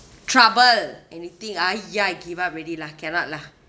trouble anything !aiya! I give up already lah cannot lah